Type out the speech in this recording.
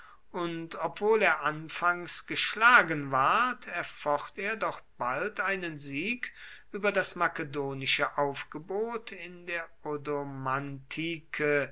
und obwohl er anfangs geschlagen ward erfocht er doch bald einen sieg über das makedonische aufgebot in der